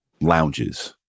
lounges